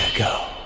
go.